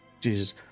Jesus